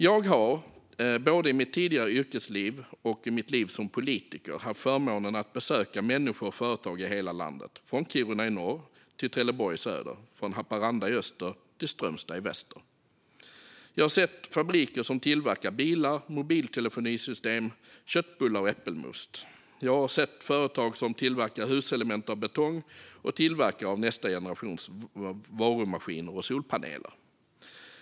Jag har både i mitt tidigare yrkesliv och i mitt liv som politiker haft förmånen att besöka människor och företag i hela landet, från Kiruna i norr till Trelleborg i söder och från Haparanda i öster till Strömstad i väster. Jag har sett fabriker som tillverkar bilar, mobiltelefonisystem, köttbullar och äppelmust. Jag har sett företag som tillverkar huselement av betong och tillverkare av nästa generations varumaskiner och solpaneler.